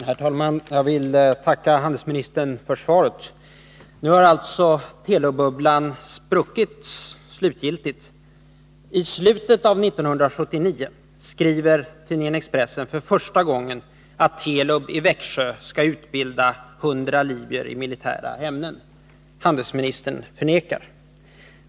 Herr talman! Jag vill tacka handelsministern för svaret. Nu har alltså Telubbubblan slutgiltigt spruckit. I slutet av 1979 skriver tidningen Expressen för första gången att Telub i Växjö skall utbilda 100 libyer i militära ämnen. Handelsministern förnekar.